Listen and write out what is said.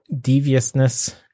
deviousness